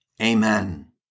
Amen